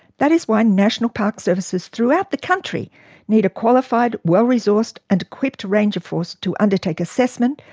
that is why national park services throughout the country need a qualified, well-resourced and equipped ranger force to undertake assessment,